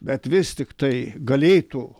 bet vis tiktai galėtų